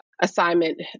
assignment